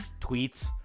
tweets